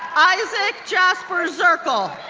isaac jasper zerkle,